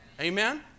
Amen